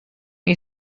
you